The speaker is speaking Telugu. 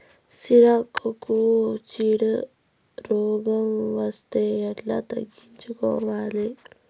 సిరాకుకు చీడ రోగం వస్తే ఎట్లా తగ్గించుకోవాలి?